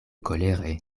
kolere